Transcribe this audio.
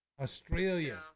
Australia